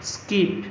skip